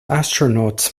astronaut